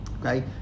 Okay